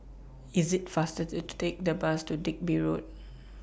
IT IS faster to Take The Bus to Digby Road